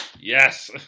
Yes